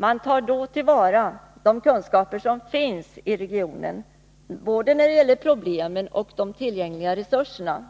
Man tar då till vara de kunskaper som finns i regionen när det gäller både problem och tillgängliga resurser.